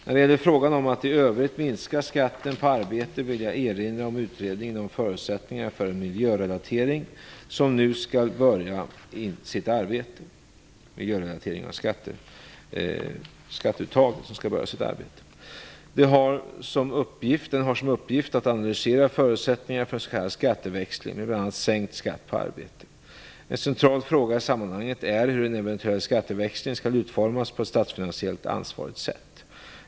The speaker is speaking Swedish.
När det gäller frågan om att i övrigt minska skatten på arbete vill jag erinra om utredningen om förutsättningarna för en miljörelatering av skatteuttaget som nu skall påbörja sitt arbete. Den har som uppgift att analysera förutsättningarna för en s.k. skatteväxling med bl.a. sänkt skatt på arbete. En central fråga i sammanhanget är hur en eventuell skatteväxling skall utformas på ett statsfinansiellt ansvarigt sätt.